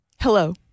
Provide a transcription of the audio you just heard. Hello